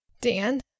Dan